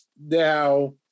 now